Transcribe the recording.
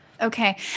Okay